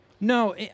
No